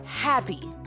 Happy